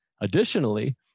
additionally